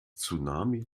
tsunami